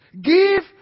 Give